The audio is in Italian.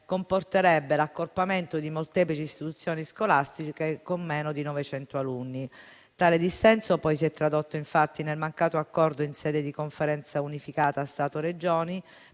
comporterebbe l'accorpamento di molteplici istituzioni scolastiche con meno di 900 alunni; il dissenso si è tradotto nel mancato accordo in sede di Conferenza unificata Stato-Regioni